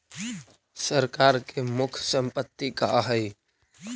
सरकार के मुख्य संपत्ति का हइ?